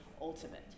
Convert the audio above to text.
ultimate